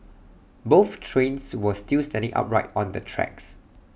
both trains were still standing upright on the tracks